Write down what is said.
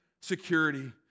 security